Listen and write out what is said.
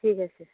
ঠিক আছে